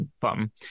fun